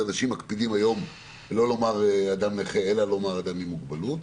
מקפידים לא לומר היום אדם נכה אלא לומר אדם עם מוגבלות.